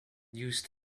used